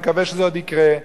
ואני מקווה שזה עוד יקרה,